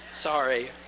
Sorry